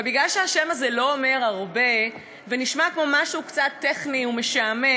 אבל מכיוון שהשם הזה לא אומר הרבה ונשמע כמו משהו קצת טכני ומשעמם,